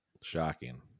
Shocking